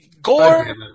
Gore